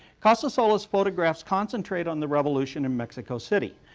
casasola's photographs concentrate on the revolution in mexico city,